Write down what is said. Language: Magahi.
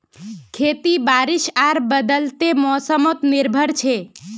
खेती बारिश आर बदलते मोसमोत निर्भर छे